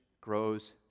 grows